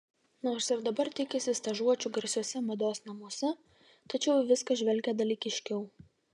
nors ir dabar tikisi stažuočių garsiuose mados namuose tačiau į viską žvelgia dalykiškiau